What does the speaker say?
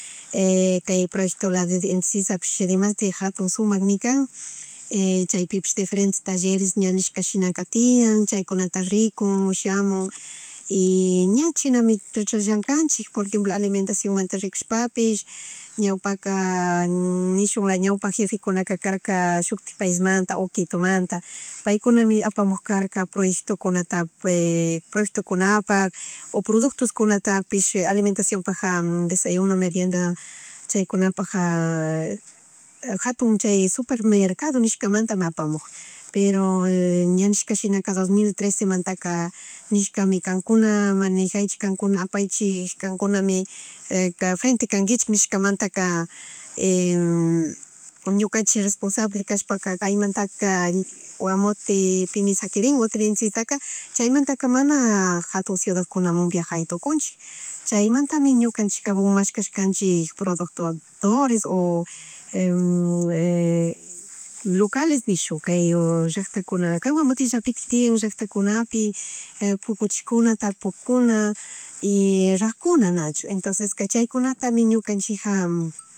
kay proyecto lado inti sisa pish dimashtik jatun shumank mi kan chaypipihs diferetnes talleres ña nishkashinaka tiyan chaykunata rikun, shamun, y ña chinammi ñukanchik llanckanchik porejemplo alimentaciòn manta rikushpapish ñawpaka nishun layaka ñawpaka jefe kuna karka shuktik pais manta o Quitumanta, paykunami apagmugkarka proyectokunata poreyctokunapak o productukunatapish alimentacionpak, desayuno, merienda, chaykunapakja jatun chay sumper mercado nishkamana apamug pero ña nishka shinaka dos mil trece mantaka nishkami kankuna manejaychik kankuna apaychik kankunami, frente kanguichik nishkamantaka, ñukanchik responsable kashpaka kaymantak, Guamotepimi shakirin Hotel Inti Sisa ka chaymantaka mana jatun ciudadkunamun viajaytukunchik chaymantamik ñukanchik mashkashkanchik productores o lucales nishun kay llacktakuna kay guamotepillaktik tiyan llacktakunapi pukushijuna, tarpukuna y rackkuna nachun entonceska chaykunatami ñukachija